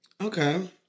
Okay